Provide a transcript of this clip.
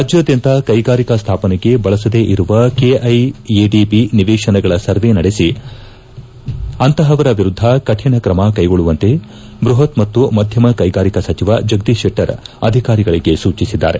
ರಾಜ್ಗಾದ್ಯಂತ ಕೈಗಾರಿಕಾ ಸ್ನಾಪನೆಗೆ ಬಳಸದೇ ಇರುವ ಕೆಐಎಡಿಬಿ ನಿವೇತನಗಳ ಸರ್ವೇ ನಡೆಸಿ ಅಂತಪವರ ವಿರುದ್ದ ಕಠಿಣ ಕ್ರಮ ಕೈಗೊಳ್ಳುವಂತೆ ಬೃಹತ್ ಮತ್ತು ಮಧ್ಯಮ ಕೈಗಾರಿಕಾ ಸಚಿವ ಜಗದೀಶ ಶೆಟ್ಟರ್ ಅಧಿಕಾರಿಗಳಗೆ ಸೂಚಿಸಿದ್ದಾರೆ